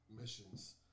missions